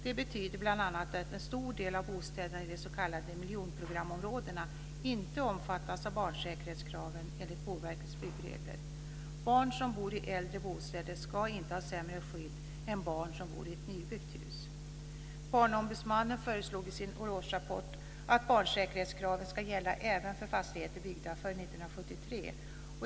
Det betyder bl.a. att en stor del av bostäderna i de s.k. miljonprogramsområdena inte omfattas av barnsäkerhetskraven enligt Boverkets byggregler. Barn som bor i äldre bostäder ska inte ha sämre skydd än barn som bor i ett nybyggt hus. Barnombudsmannen föreslog i sin årsrapport att barnsäkerhetskraven ska gälla även för fastigheter byggda före 1973.